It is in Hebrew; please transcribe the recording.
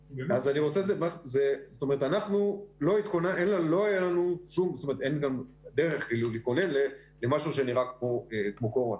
אנחנו לא התכוננו אין גם דרך להתכונן למשהו שנראה כמו קורונה